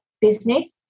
business